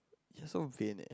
you're so vain eh